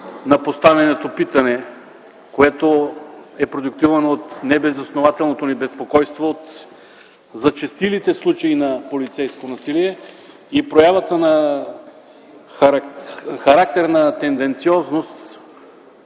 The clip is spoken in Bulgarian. на поставеното питане, което е продиктувано от небезоснователното ни безпокойство от зачестилите случаи на полицейско насилие и проявата на характерна тенденциозност